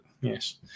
yes